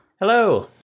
hello